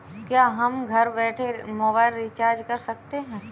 क्या हम घर बैठे मोबाइल रिचार्ज कर सकते हैं?